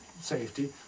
safety